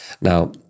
Now